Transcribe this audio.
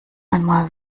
einmal